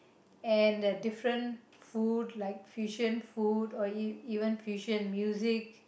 and the different food like fusion food or e~ even fusion music